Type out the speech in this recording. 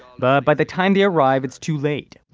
but by the time they arrive it's too late